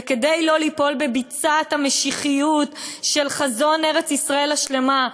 וכדי שלא ליפול בביצת המשיחיות של חזון ארץ-ישראל השלמה,